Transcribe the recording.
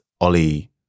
Ollie